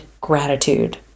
gratitude